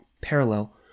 parallel